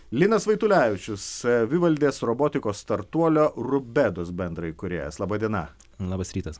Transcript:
linas vaitulevičius savivaldės robotikos startuolio rubedus bendraįkūrėjas laba diena labas rytas